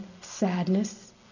sadness